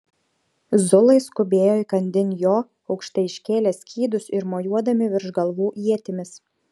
zulai skubėjo įkandin jo aukštai iškėlę skydus ir mojuodami virš galvų ietimis